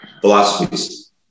philosophies